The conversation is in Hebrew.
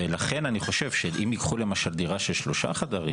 לכן אני חושב שאם ייקחו למשל דירה של שלושה חדרים,